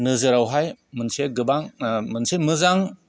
नोजोरावहाय मोनसे गोबां मोनसे मोजां